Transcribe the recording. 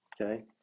Okay